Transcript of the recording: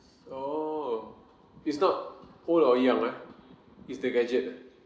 oh it's not old or young ah it's the gadget ah